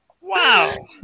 Wow